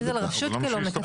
להכריז על הרשות כלא מתפקדת.